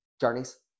journeys